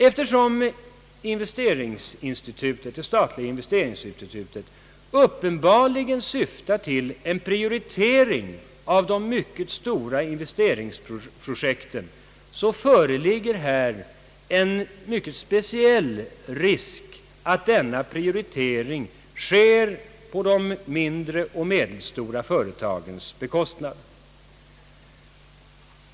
Eftersom det statliga investeringsinstitutet uppenbarligen syftar till en prioritering av de mycket stora investeringsprojekten föreligger här en speciell risk för att denna prioritering sker på de mindre och medelstora företagens bekostnad.